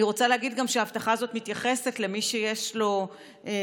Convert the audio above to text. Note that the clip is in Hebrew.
אני רוצה להגיד גם שההבטחה הזאת מתייחסת למי שיש לו ביטוח,